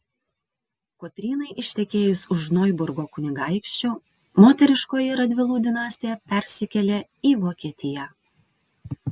kotrynai ištekėjus už noiburgo kunigaikščio moteriškoji radvilų dinastija persikėlė į vokietiją